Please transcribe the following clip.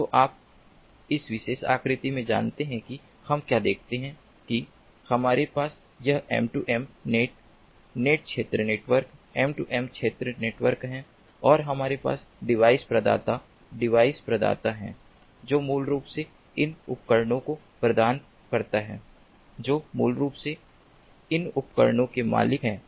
तो आप इस विशेष आकृति में जानते हैं कि हम क्या देखते हैं कि हमारे पास यह M2M नेट नेट क्षेत्र नेटवर्क M2M क्षेत्र नेटवर्क है और हमारे पास डिवाइस प्रदाता डिवाइस प्रदाता है जो मूल रूप से इन उपकरणों को प्रदान करता है जो मूल रूप से इन उपकरणों के मालिक हैं